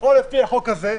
או לפי החוק הזה.